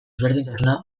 ezberdintasuna